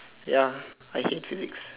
ya I hate physics